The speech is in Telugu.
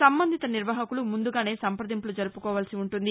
సంబందిత నిర్వాహకులు ముందుగానే సంప్రదింపులు జరుపుకోవలసి ఉంటుంది